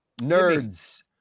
nerds